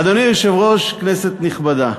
אדוני היושב-ראש, כנסת נכבדה,